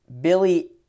Billy